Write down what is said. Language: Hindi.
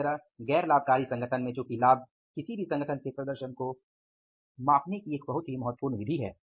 इसी तरह गैर लाभकारी संगठन में चूंकि लाभ किसी भी संगठन के प्रदर्शन को मापने की एक बहुत ही महत्वपूर्ण विधि है